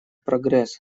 прогресс